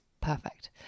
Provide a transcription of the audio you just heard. perfect